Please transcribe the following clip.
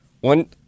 One